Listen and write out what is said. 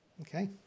Okay